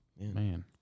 Man